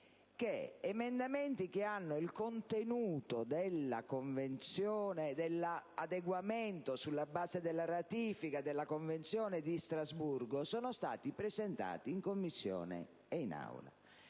che emendamenti tendenti ad un adeguamento sulla base della ratifica della Convenzione di Strasburgo sono stati presentati sia in Commissione che in Aula.